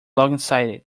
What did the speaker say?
longsighted